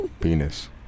penis